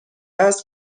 است